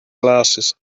glasses